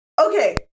okay